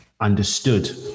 understood